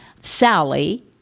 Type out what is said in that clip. Sally